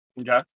Okay